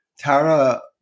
Tara